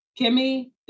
Kimmy